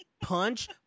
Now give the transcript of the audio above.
punch